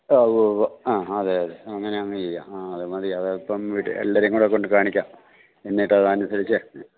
ഓ ഉവ്വ ഉവ്വ ആ അതേ അതേ അങ്ങനെ അങ്ങ് ചെയ്യാം ആ അത് മതി അതപ്പം എല്ലാവരെയും കൂടെ കൊണ്ട് കാണിക്കാം എന്നിട്ട് അതനുസരിച്ച്